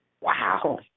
Wow